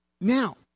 now